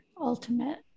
ultimate